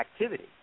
activity